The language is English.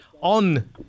on